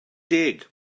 deg